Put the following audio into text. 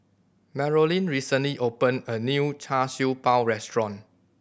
Marolyn recently opened a new Char Siew Bao restaurant